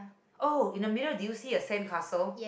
oh in the middle do you see a sand castle